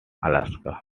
alaska